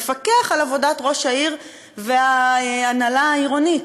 לפקח על עבודת ראש העיר וההנהלה העירונית.